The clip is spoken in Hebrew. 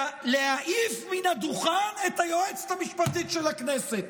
להעיף מן הדוכן את היועצת המשפטית של הכנסת.